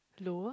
lower